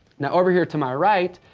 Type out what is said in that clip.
now, over here to my right,